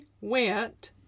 went